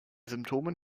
symptomen